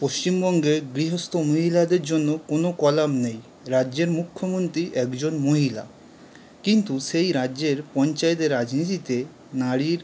পশ্চিমবঙ্গে গৃহস্থ মহিলাদের জন্য কোনও কলাম নেই রাজ্যের মুখ্যমন্ত্রী একজন মহিলা কিন্তু সেই রাজ্যের পঞ্চায়েতে রাজনীতিতে নারীর